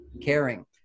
caring